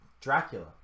Dracula